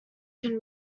can